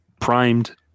primed